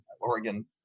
Oregon